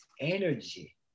energy